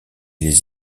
les